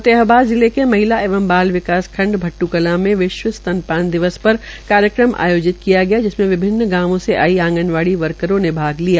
फतेहाबाद जिले के महिला एवं बाल विकास खंड भटटूकलां में विश्व स्तनपान दिवस पर कार्यक्रम आयोजित किया गया जिसमें विभिन्न गांवों से आई आंगनवाड़ी वर्करों ने भाग लिया